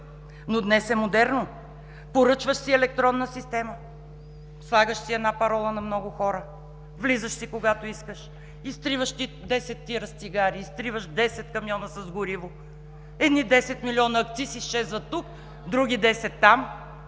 Но днес е модерно – поръчваш си електронна система, слагаш си една парола на много хора, влизаш си когато искаш, изтриваш десет тира с цигари, изтриваш десет камиона с гориво. Едни десет милиона акциз изчезват тук, други десет